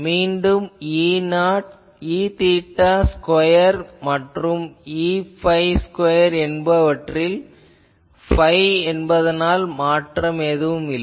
மீண்டும் Eθ square மற்றும் Eϕ square என்பனவற்றில் phi என்பதனால் மாற்றம் இல்லை